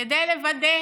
כדי לוודא